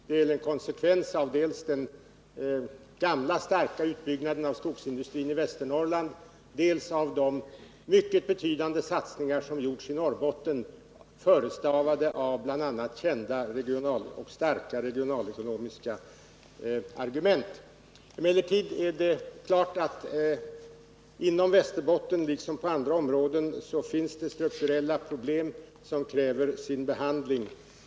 Detta är en konsekvens av dels den tidigare kraftiga utbyggnaden av skogsindustrin i Västernorrland, dels de mycket betydande satsningar som gjorts i Norrbotten och som förestavats av bl.a. kända starka regionalekonomiska argument. Självfallet finns det inom Västerbotten liksom inom andra områden strukturella problem som kräver sin behandling.